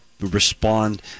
respond